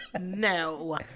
no